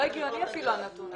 זה לא הגיוני אפילו הנתון הזה.